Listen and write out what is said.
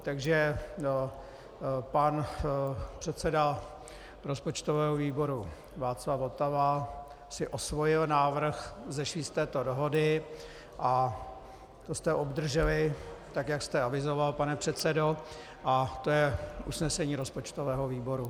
Takže pan předseda rozpočtového výboru Václav Votava si osvojil návrh vzešlý z této dohody, a co jste obdrželi, tak jak jste avizoval, pane předsedo, je usnesení rozpočtového výboru.